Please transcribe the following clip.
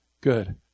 good